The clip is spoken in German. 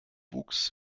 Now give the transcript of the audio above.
wuchs